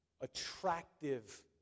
attractive